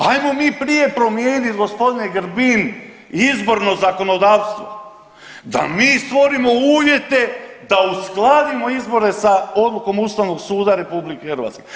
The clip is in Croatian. Hajmo mi prije promijenit g. Grbin izborno zakonodavstvo da mi stvorimo uvjete da uskladimo izbore sa odlukom Ustavnog suda RH.